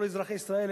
כל אזרחי ישראל,